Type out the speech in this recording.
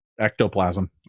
ectoplasm